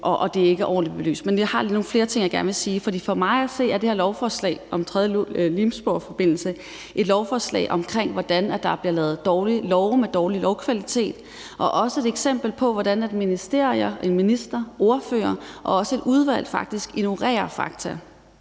det er ikke ordentligt belyst. Men jeg har lige nogle flere ting, jeg gerne vil sige, for for mig at se er det her lovforslag om en tredje Limfjordsforbindelse et lovforslag om, hvordan der bliver lavet dårlige love med dårlig lovkvalitet, og det er også et eksempel på, hvordan ministerier, en minister, ordførere og også et udvalg faktisk ignorerer fakta.